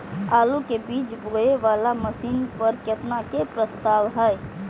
आलु बीज बोये वाला मशीन पर केतना के प्रस्ताव हय?